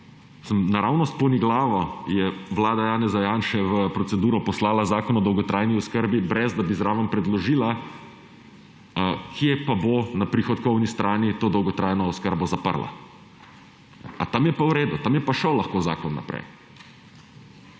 naravnost poniglavo je vlada Janeza Janše v proceduro poslala Zakon o dolgotrajni oskrbi, ne da bi zraven predložila, kje pa bo na prihodkovni strani to dolgotrajno oskrbo zaprla. A tam je pa v redu, tam je pa lahko šel zakon naprej?